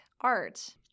art